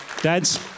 dads